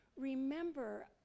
Remember